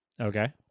Okay